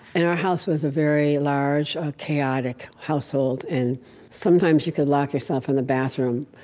and our house was a very large, chaotic household. and sometimes you could lock yourself in the bathroom,